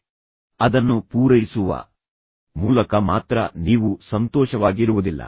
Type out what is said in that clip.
ಈಗ ಅವರು ಹೇಳುವ ಮುಂದಿನ ಹಂತವೆಂದರೆ ನೀವು ಅದನ್ನು ಪೂರೈಸುವ ಮೂಲಕ ಮಾತ್ರ ನೀವು ಸಂತೋಷವಾಗಿರುವುದಿಲ್ಲ